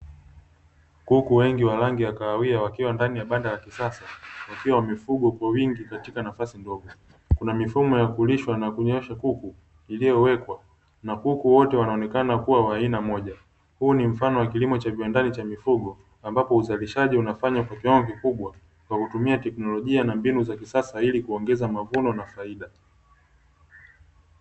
Kuku wengi wa rangi ya kahawia wakiwa ndani ya banda la kisasa wakiwa wamefugwa kwa wingi katika nafasi ndogo, kuna mifumo ya kulishwa na kunyeshwa kuku iliyowekwa; kuku wote wanaonekana kuwa wa aina moja, huu ni mfano wa kilimo cha kiwandani cha mifugo ambapo uzalishaji unafanywa kwa kiwango kikubwa kwa kutumia teknolojia na mbinu za kisasa ili kuongeza mavuno na faida.